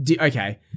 Okay